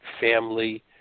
family